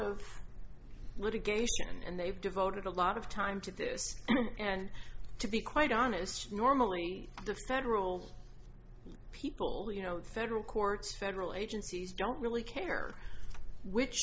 of litigation and they've devoted a lot of time to this and to be quite honest normally the federal people you know the federal courts federal agencies don't really care which